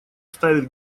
ставит